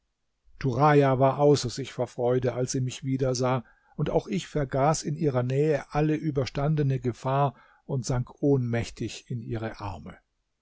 war außer sich vor freude als sie mich wiedersah und auch ich vergaß in ihrer nähe alle überstandene gefahr und sank ohnmächtig in ihre arme